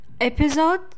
episode